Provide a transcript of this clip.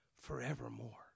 forevermore